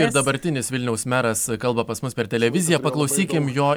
ir dabartinis vilniaus meras kalba pas mus per televiziją paklausykime jo